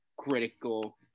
Critical